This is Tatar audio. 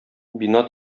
бина